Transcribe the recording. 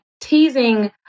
teasing